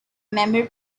member